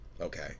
Okay